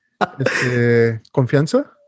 Confianza